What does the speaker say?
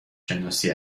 شناسی